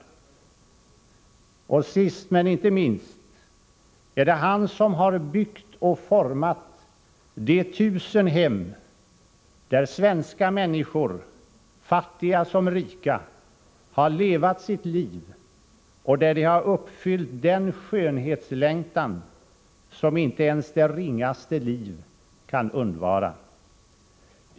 Och sist — men inte minst — är det han som har byggt och format de tusen hem, där svenska människor — fattiga som rika — ha levat sitt liv, och där de ha uppfyllt den skönhetslängtan, som inte ens det ringaste liv kan undvara.